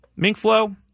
Minkflow